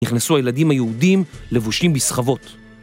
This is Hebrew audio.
‫נכנסו הילדים היהודים לבושים בסחבות.